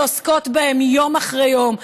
שעוסקות בהן יום אחרי יום,